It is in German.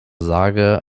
sage